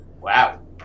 wow